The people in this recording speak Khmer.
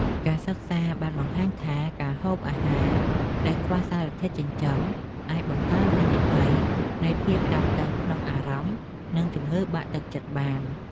ការសិក្សាបានបង្ហាញថាការហូបអាហារដែលខ្វះសារធាតុចិញ្ចឹមអាចបង្កើនហានិភ័យនៃភាពតានតឹងក្នុងអារម្មណ៍ និងជំងឺបាក់ទឹកចិត្តបាន។